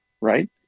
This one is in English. right